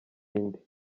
indi